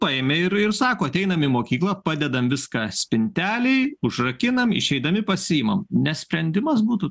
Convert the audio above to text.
paėmė ir ir sako ateinam į mokyklą padedam viską spintelėj užrakinam išeidami pasiimam ne sprendimas būtų